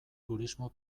turismo